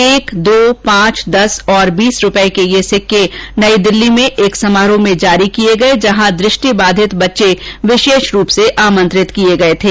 एक दो पांच दस और बीस रूपये के ये सिक्के नई दिल्ली में आज एक समारोह में जारी किये गये जहां दृष्टिबाधित बच्चे विशेष रूप से आमंत्रित किये गये थे